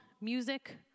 music